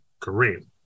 Kareem